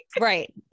Right